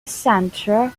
centre